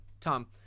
Tom